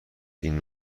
این